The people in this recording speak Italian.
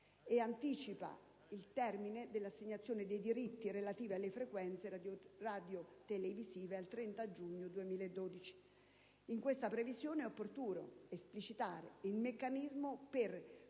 e anticipa il termine dell'assegnazione dei diritti relativi alle frequenze radiotelevisive al 30 giugno 2012. In questa previsione, è opportuno esplicitare il meccanismo per